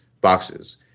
boxes